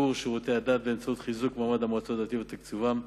שיפור שירותי הדת באמצעות חיזוק מעמד המועצות הדתיות ותקציבן,